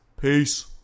Peace